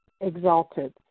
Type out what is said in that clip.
exalted